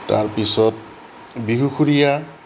তাৰপিছত বিহুসুৰীয়া